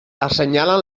assenyalen